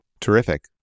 Terrific